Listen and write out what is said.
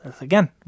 again